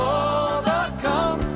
overcome